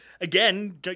Again